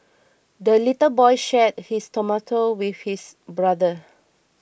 the little boy shared his tomato with his brother